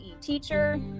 teacher